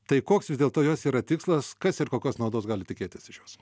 tai koks vis dėlto jos yra tikslas kas ir kokios naudos gali tikėtis iš jos